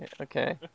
okay